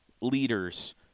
leaders